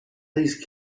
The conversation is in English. these